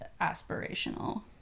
aspirational